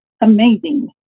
amazing